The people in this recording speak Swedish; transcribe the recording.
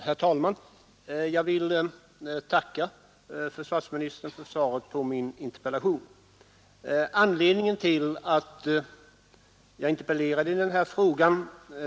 Herr talman! Jag vill tacka försvarsministern för svaret på min Det finns två anledningar till att jag har interpellerat i denna fråga.